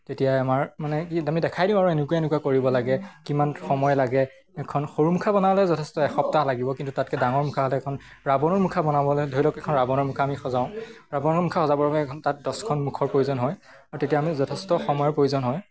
তেতিয়া আমাৰ মানে কি আমি দেখুৱাই দিওঁ আৰু এনেকুৱা এনেকুৱা কৰিব লাগে কিমান সময় লাগে এখন সৰু মুখা বনালে যথেষ্ট এসপ্তাহ লাগিব কিন্তু তাতকৈ ডাঙৰ মুখা হ'লে এখন ৰাৱণৰ মুখা বনাবলৈ ধৰি লওক এখন ৰাৱণৰ মুখা আমি সজাওঁ ৰাৱণৰ মুখা সজাবৰ বাবে এখন তাত দহখন মুখৰ প্ৰয়োজন হয় আৰু তেতিয়া আমি যথেষ্ট সময়ৰ প্ৰয়োজন হয়